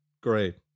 Great